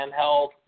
handheld